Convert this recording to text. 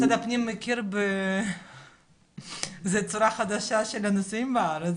זו צורה חדשה של נישואים בארץ,